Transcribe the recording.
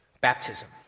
baptism